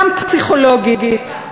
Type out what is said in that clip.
גם פסיכולוגית,